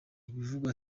ibivugwa